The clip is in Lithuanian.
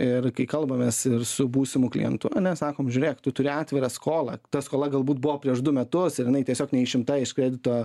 ir kai kalbamės ir su būsimu klientu ane sakom žiūrėk tu turi atvirą skolą ta skola galbūt buvo prieš du metus ir jinai tiesiog neišimta iš kredito